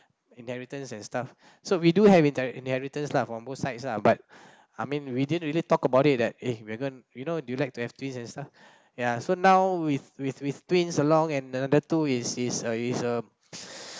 inheritance and stuff so we do have inhe~ inheritance lah from both sides lah but I mean we didn't really talk about it that eh we gone you know do you like to have twins and stuff ya so now with with with twins along and another two is is a is a